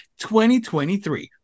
2023